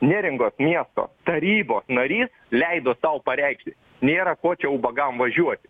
neringos miesto tarybos narys leido tau pareikšti nėra ko čia ubagam važiuoti